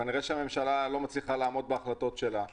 כנראה שהממשלה לא מצליחה לעמוד בהחלטות שלה.